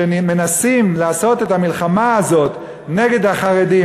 שמנסים לעשות את המלחמה הזאת נגד החרדים